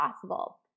possible